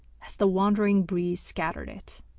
as the wandering breeze scattered it.